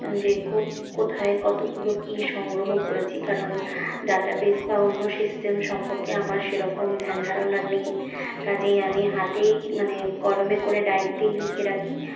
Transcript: যে কোত কোথায় কতগুলো কী সংগ্রহ করেছি কারণ ডাটাবেস বা অন্য সিস্টেম সম্পর্কে আমার সেরকম ধ্যান ধারণা নেই কাজেই আমি হাতেই মানে কলমে করে ডায়েরিতেই লিখে রাখি